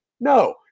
no